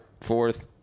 fourth